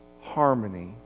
harmony